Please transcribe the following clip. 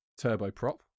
turboprop